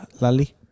Lali